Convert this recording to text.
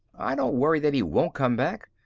i don't worry that he won't come back.